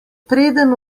preden